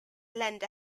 lend